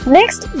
Next